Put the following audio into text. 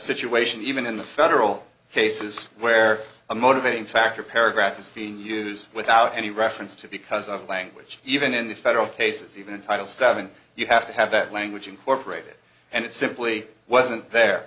situation even in the federal cases where a motivating factor paragraph is being used without any reference to because of language even in the federal cases even in title seven you have to have that language incorporated and it simply wasn't there